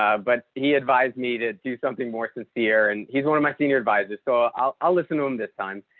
um but he advised me to do something more sincere and he's one of my senior advisors, so i'll listen to him this time.